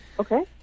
Okay